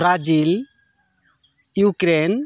Brazil ᱤᱭᱩᱠᱮᱨᱮᱱ